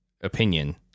opinion